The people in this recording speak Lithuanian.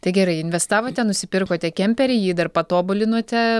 tai gerai investavote nusipirkote kemperį jį dar patobulinote